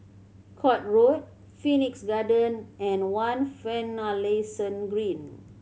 Court Road Phoenix Garden and One Finlayson Green